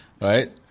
right